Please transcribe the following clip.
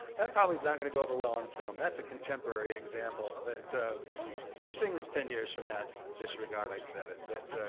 that probably is not gonna go over well on film. that's a contemporary example. but ah if you're seeing this ten years from now, just disregard i said it. but